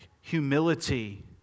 Humility